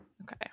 okay